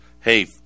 hey